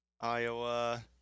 Iowa